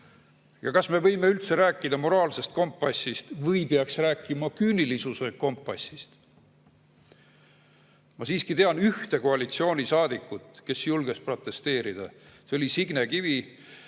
Ja kas me võime üldse rääkida moraalsest kompassist või peaks rääkima küünilisuse kompassist? Ma siiski tean ühte koalitsioonisaadikut, kes julges protesteerida. See oli Signe Kivi,